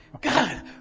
God